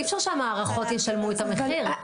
אי אפשר שהמערכות ישלמו את המחיר.